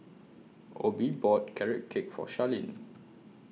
Obe bought Carrot Cake For Sharleen